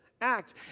act